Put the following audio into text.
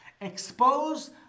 Expose